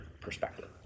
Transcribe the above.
perspective